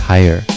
Higher